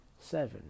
seven